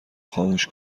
خاموش